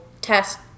test